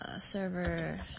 server